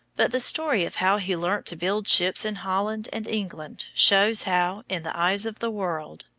but the story of how he learnt to build ships in holland and england shows how, in the eyes of the world,